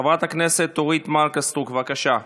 חברת הכנסת אורית מלכה סטרוק, בבקשה,